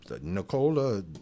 Nicola